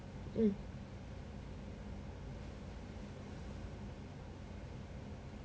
mm